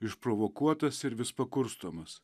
išprovokuotas ir vis pakurstomas